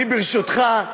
ברשותך,